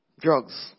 Drugs